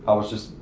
um was just,